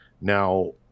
Now